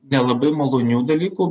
nelabai malonių dalykų